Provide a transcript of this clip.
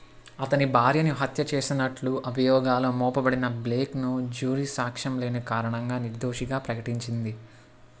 అతని భార్యను హత్య చేసినట్లు అభియోగాలు మోపబడిన బ్లేక్ ను జ్యూరీ సాక్ష్యం లేని కారణంగా నిర్దోషిగా ప్రకటించింది